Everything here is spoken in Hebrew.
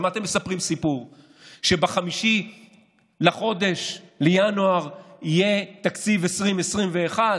אז מה אתם מספרים סיפור שב-5 בינואר יהיה תקציב 2020 2021